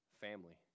family